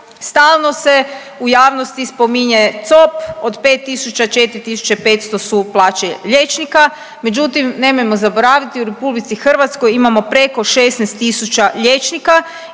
stalno se u javnosti spominje COP od 5000, 4500 su plaće liječnika. Međutim, nemojmo zaboraviti u Republici Hrvatskoj imamo preko 16000 liječnika